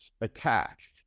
attached